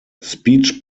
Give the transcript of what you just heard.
speech